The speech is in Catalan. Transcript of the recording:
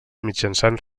mitjançant